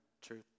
truth